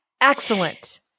Excellent